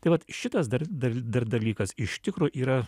tai vat šitas dar dar dar dalykas iš tikro yra